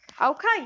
Okay